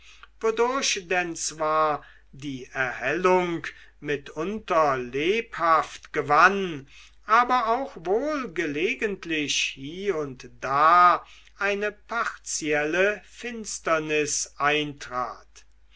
wodurch denn zwar die erhellung mitunter lebhaft gewann aber auch wohl gelegentlich hie und da eine partielle finsternis eintrat